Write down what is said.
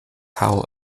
hull